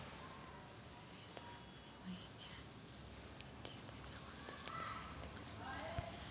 मी फरवरी मईन्यात कितीक पैसा खर्च केला, हे मले कसे पायता येईल?